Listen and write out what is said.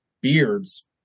beards